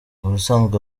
ubusanzwe